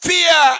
Fear